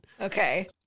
Okay